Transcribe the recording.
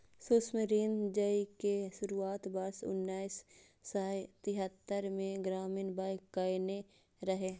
सूक्ष्म ऋण दै के शुरुआत वर्ष उन्नैस सय छिहत्तरि मे ग्रामीण बैंक कयने रहै